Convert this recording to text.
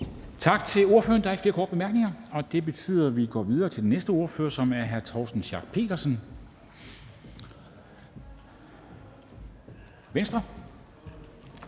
Tak til ordføreren. Der er ikke flere korte bemærkninger, og det betyder, at vi går videre til den næste ordfører, som er hr. Torsten Schack Pedersen, Venstre.